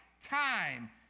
time